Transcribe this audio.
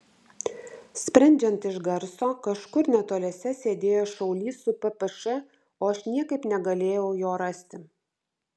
sprendžiant iš garso kažkur netoliese sėdėjo šaulys su ppš o aš niekaip negalėjau jo rasti